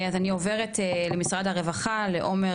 אז אני עוברת למשרד הרווחה, לעומר